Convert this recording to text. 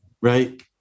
Right